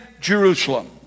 Jerusalem